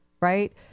right